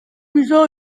bisa